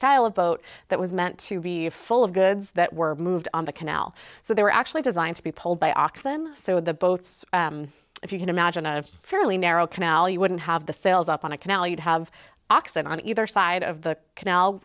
style of boat that was meant to be a full of goods that were moved on the canal so they were actually designed to be pulled by oxen so the boats if you can imagine a fairly narrow canal you wouldn't have the sails up on a canal you'd have oxen on either side of the canal